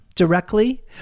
directly